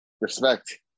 Respect